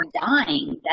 dying